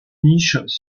niches